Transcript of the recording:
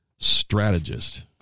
Strategist